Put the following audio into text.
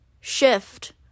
Shift